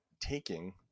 taking